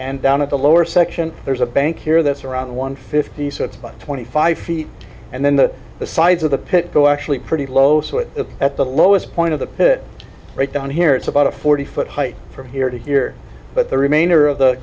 and down at the lower section there's a bank here that's around one fifty cent's but twenty five feet and then the the sides of the pit go actually pretty low so it is at the lowest point of the pit right down here it's about a forty foot height from here to here but the remainder of the